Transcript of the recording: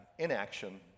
inaction